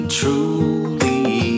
truly